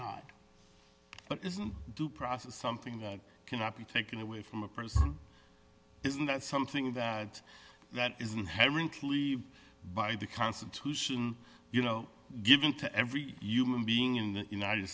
not but isn't due process something that cannot be taken away from a person isn't that something that that is inherently by the constitution you know given to every human being in the united